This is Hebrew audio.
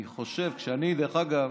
אני חושב שאני, דרך אגב,